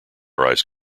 rise